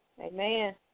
Amen